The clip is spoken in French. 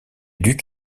duc